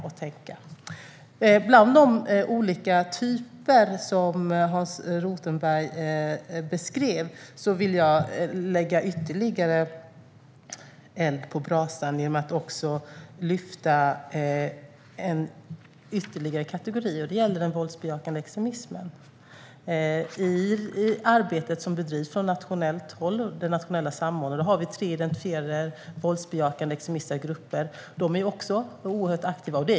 När det gäller de olika typer av hot som Hans Rothenberg beskrev vill jag lägga ytterligare ved på brasan genom att lägga till en kategori, nämligen den våldsbejakande extremismen. I arbetet som bedrivs från nationellt håll av den nationella samordnaren har vi tre identifierade våldsbejakande extremistiska grupper. De är också oerhört aktiva.